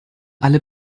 alle